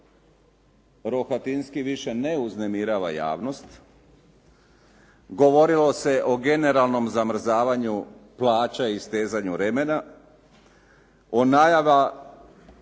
Rohatinski više ne uznemiravan javnost. Govorilo se o generalnom zamrzavanju plaća i stezanja remena, pojedinci